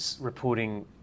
reporting